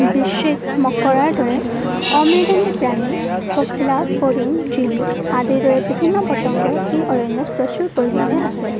বৃশ্চিক মকৰাৰ দৰে অমেৰুদণ্ডী প্ৰাণী পখিলা ফৰিং জিলি আদিৰ দৰে বিভিন্ন পতংগ এই অৰণ্যত প্ৰচুৰ পৰিমাণে আছে